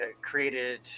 created